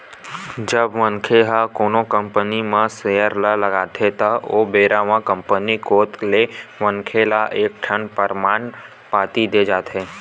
जब मनखे ह कोनो कंपनी के म सेयर ल लगाथे त ओ बेरा म कंपनी कोत ले मनखे ल एक ठन परमान पाती देय जाथे